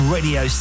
Radio